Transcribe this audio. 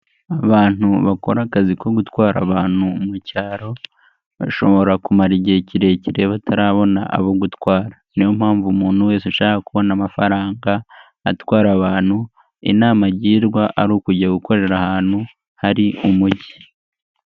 Abantu bakora akazi ko gutwara abantu mu cyaro, bashobora kumara igihe kirekire batarabona abo gutwara, niyo mpamvu umuntu wese ushaka kubona amafaranga atwara abantu, inama agirwa ari ukujya gukorera ahantu hari umujyi